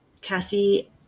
cassie